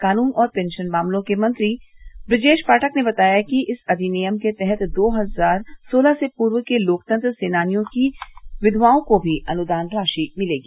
कानून और पेंशन मामलों के मंत्री बुजेश पाठक ने बताया कि इस अधिनियम के तहत दो हजार सोलह से पूर्व के लोकतंत्र सेनानियों की विघवाओं को भी अनुदान राशि मिलेगी